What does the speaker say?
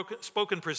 spoken